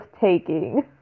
taking